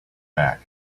back